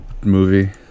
movie